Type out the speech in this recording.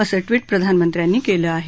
असं ट्विट प्रधानमंत्र्यांनी केलं आहे